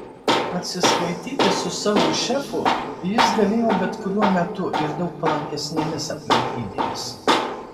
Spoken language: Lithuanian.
atsiskaityti su savo šefu jis galėjo bet kuriuo metu ir daug palankesnėmis aplinkybėmis